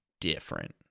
different